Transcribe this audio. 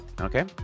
Okay